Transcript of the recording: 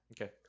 okay